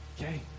okay